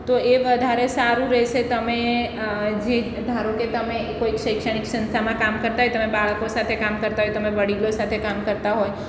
તો એ વધારે સારું રહેશે તમે જે ધારો કે તમે કોઈક શૈક્ષણિક સંસ્થામાં કામ કરતા હોય તમે બાળકો સાથે કામ કરતા હોય તમે વડીલો સાથે કામ કરતા હોય